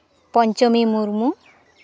Panchami Murmu